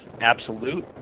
absolute